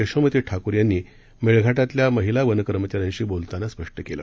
यशोमती ठाकूर यांनी मेळघाटातल्या महिला वनकर्मचाऱ्यांशी बोलताना स्पष्ट केलं